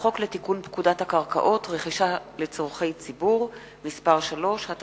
חוק לתיקון פקודת הקרקעות (רכישה לצורכי ציבור) (מס' 3),